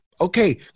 Okay